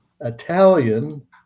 Italian